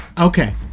Okay